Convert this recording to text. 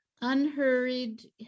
unhurried